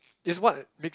it's what make